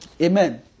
Amen